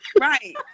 right